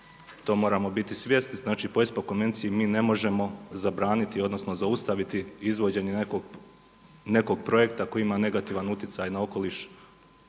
to moramo biti svjesni, znači po ESPO konvenciji mi ne možemo zabraniti odnosno zaustaviti izvođenje nekog projekta koji ima negativan utjecaj na okoliš